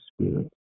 Spirit